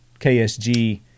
KSG